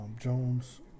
Jones